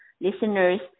listeners